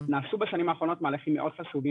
נעשו בשנים האחרונות מהלכים מאוד חשובים